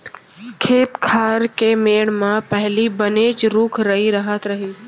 खेत खार के मेढ़ म पहिली बनेच रूख राई रहत रहिस